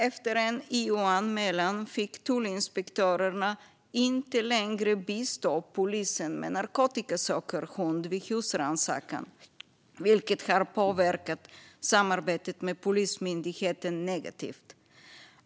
Efter en JO-anmälan fick till exempel tullinspektörerna inte längre bistå polisen med narkotikasökhund vid husrannsakan, vilket har påverkat samarbetet med Polismyndigheten negativt.